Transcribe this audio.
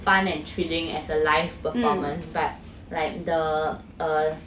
fun and thrilling as a live performance but like the err